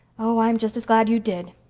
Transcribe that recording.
oh, i'm just as glad you did.